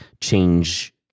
change